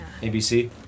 ABC